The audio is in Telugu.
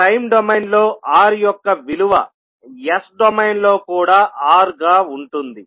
టైమ్ డొమైన్లో R యొక్క విలువ S డొమైన్లో కూడా R గా ఉంటుంది